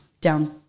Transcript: down